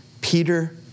Peter